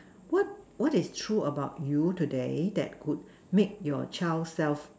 what what is true about you today that could make your child self